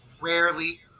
rarely